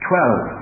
Twelve